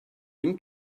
günü